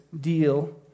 deal